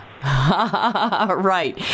Right